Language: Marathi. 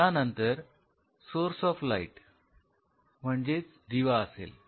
यानंतर सोर्स ऑफ लाईट म्हणजेच दिवा असेल